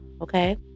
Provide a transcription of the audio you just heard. okay